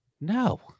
No